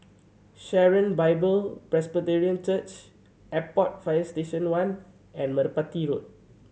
Sharon Bible Presbyterian Church Airport Fire Station One and Merpati Road